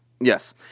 Yes